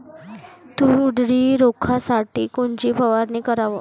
तूर उधळी रोखासाठी कोनची फवारनी कराव?